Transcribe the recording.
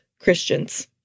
Christians